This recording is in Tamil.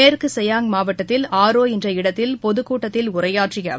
மேற்கு சயாங் மாவட்டத்தில் ஆரோஎன்ற இடத்தில் பொதுக் கூட்டத்தில் உரையாற்றியஅவர்